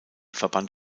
verband